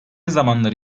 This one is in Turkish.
zamanları